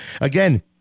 again